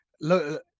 look